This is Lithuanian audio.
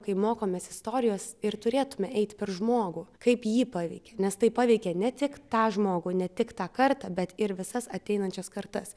kai mokomės istorijos ir turėtume eit per žmogų kaip jį paveikė nes tai paveikė ne tik tą žmogų ne tik tą kartą bet ir visas ateinančias kartas